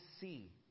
see